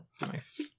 nice